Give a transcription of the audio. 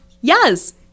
yes